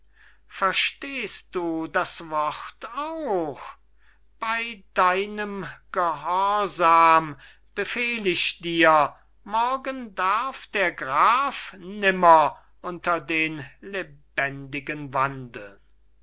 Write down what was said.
verstehst du das wort auch bey deinem gehorsam befehl ich dir morgen darf der graf nimmer unter den lebendigen wandeln